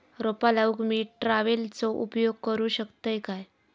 रोपा लाऊक मी ट्रावेलचो उपयोग करू शकतय काय?